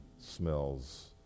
smells